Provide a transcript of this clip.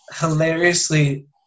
hilariously